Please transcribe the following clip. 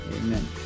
amen